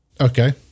Okay